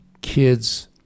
kids